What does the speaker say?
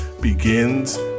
begins